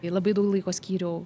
ir labai daug laiko skyriau